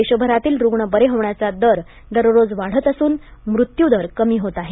देशभरातील रुग्ण बरे होण्याचा दर दररोज वाढत असून मृत्यूदर कमी होत आहे